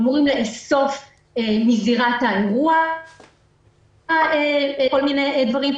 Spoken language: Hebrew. אמורים לאסוף מזירת האירוע כל מיני דברים.